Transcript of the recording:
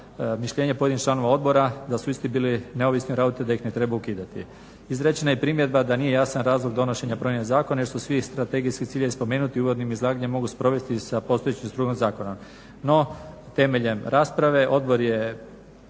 mišljenje pojedinih članova odbora da su isti bili neovisni …/Govornik se ne razumije./… da ih ne treba ukidati. Izrečena je primjedba da nije jasna razlog donošenja promjene zakona, jer su svi strategijskim ciljem spomenuti u uvodnim izlaganjem, mogu sprovesti sa postojećom strukturom zakona. No, temeljem rasprave odbor je